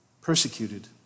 persecuted